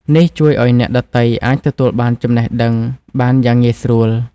នេះជួយឲ្យអ្នកដទៃអាចទទួលបានចំណេះដឹងបានយ៉ាងងាយស្រួល។